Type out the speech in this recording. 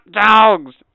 dogs